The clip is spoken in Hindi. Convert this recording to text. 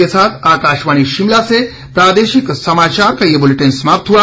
इसी के साथ आकाशवाणी शिमला से प्रादेशिक समाचार का ये बुलेटिन समाप्त हुआ